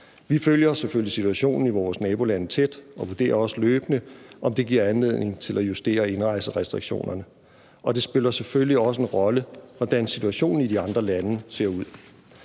Vi følger selvfølgelig situationen i vores nabolande tæt og vurderer også løbende, om det giver anledning til at justere indrejserestriktionerne. Det spiller selvfølgelig også en rolle, hvordan situationen i de andre lande ser ud.